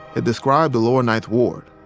it described the lower ninth ward.